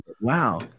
Wow